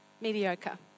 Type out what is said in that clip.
mediocre